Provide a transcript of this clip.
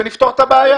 ונפתור את הבעיה.